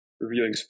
reviewing